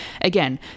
Again